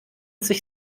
sich